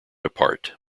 apart